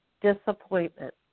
disappointment